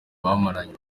bamaranye